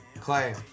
Clay